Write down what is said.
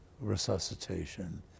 resuscitation